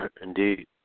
Indeed